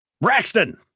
Braxton